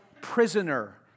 prisoner